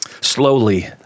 Slowly